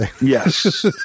Yes